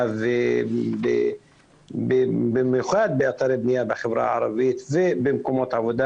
הבנייה ובמיוחד באתרי בנייה בחברה הערבית ובמקומות עבודה,